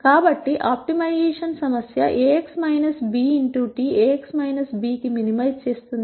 కాబట్టి ఆప్టిమైజేషన్ సమస్యAx - bT Ax - b కి Minimize చేస్తుంది